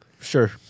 sure